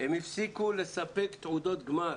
הם הפסיקו לספק תעודות גמר,